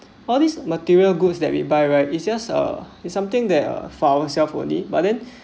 all these material goods that we buy right it's just uh it's something that uh for ourself only but then